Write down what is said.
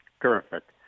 Perfect